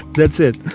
that's it.